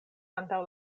antaŭ